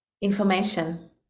information